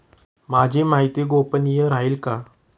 माझी माहिती गोपनीय राहील का?